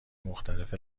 مختلف